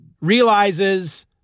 realizes